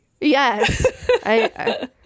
Yes